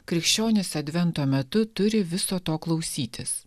krikščionys advento metu turi viso to klausytis